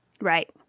right